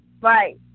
Right